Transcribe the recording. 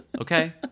okay